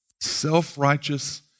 Self-righteous